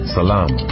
Salam